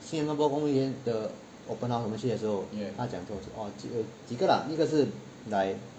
新加坡理工学院的 open house 我们去的时候她讲说几个 lah 一个是 die~